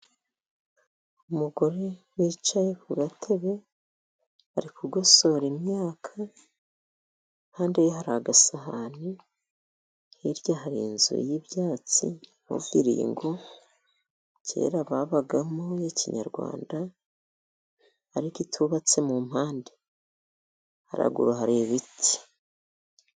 Umugore wicaye ku gatebe ari kugosora imyaka, impande ye hari agasahani, hirya hari inzu y'ibyatsi ya muviringo kera babagamo ya kinyarwanda ariko itubatse mu mpande. Haraguru hari ibiti.